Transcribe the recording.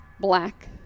black